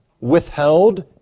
withheld